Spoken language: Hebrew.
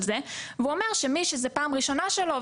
זה והוא אומר שמי שזה פעם ראשונה שלו,